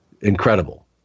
incredible